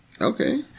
Okay